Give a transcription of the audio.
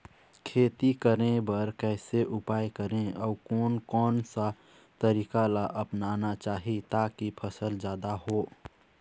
खेती करें बर कैसे उपाय करें अउ कोन कौन सा तरीका ला अपनाना चाही ताकि फसल जादा हो?